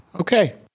Okay